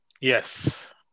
Yes